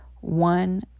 one